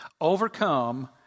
Overcome